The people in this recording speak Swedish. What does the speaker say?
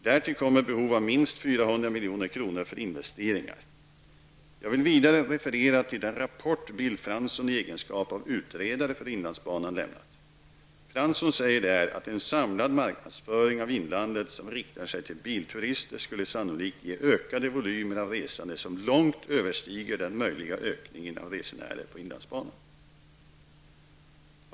Därtill kommer behov av minst 400 milj.kr. för investeringar. Jag vill vidare referera till den rapport Bill Fransson i egenskap av utredare för inlandsbanan lämnat. Fransson säger där att en samlad marknadsföring av inlandet riktad till bilturister sannolikt skulle ge ökade volymer av resande och långt överstiga den möjliga ökningen av resenärer på inlandsbanan.